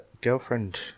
girlfriend